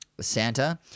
Santa